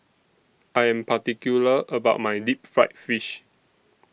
I Am particular about My Deep Fried Fish